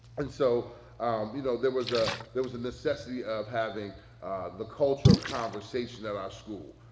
and so you know there was ah there was the necessity of having the culture of conversation at our school.